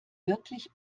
wirklich